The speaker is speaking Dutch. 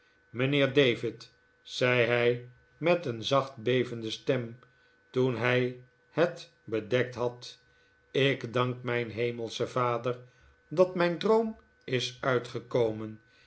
mijnheer david zei hij met een zachte bevende stem toen hij het bedekt had ik dank mijn hemelscheh vader dat mijn djoom is uitgekomen